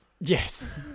Yes